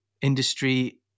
industry